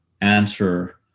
answer